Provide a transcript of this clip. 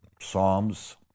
psalms